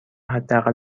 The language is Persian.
حداقل